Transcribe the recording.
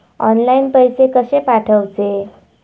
Online पैसे कशे पाठवचे?